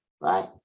right